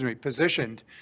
positioned